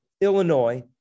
Illinois